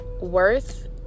worth